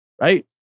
Right